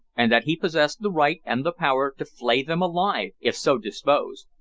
and that he possessed the right and the power to flay them alive if so disposed.